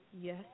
Yes